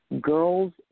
Girls